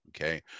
okay